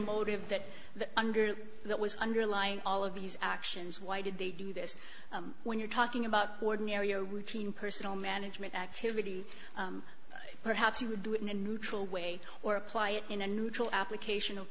motive that the under that was underlying all of these actions why did they do this when you're talking about ordinary you know routine personal management activity perhaps you would do it in a neutral way or apply it in a neutral application of